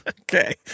Okay